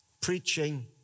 preaching